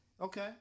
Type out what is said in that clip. Okay